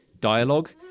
dialogue